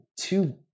two